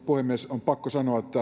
puhemies on pakko sanoa että